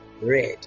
red